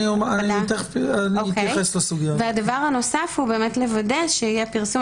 לוודא שיהיה פרסום,